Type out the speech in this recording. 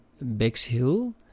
Bexhill